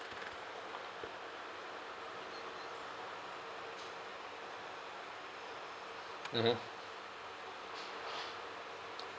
mmhmm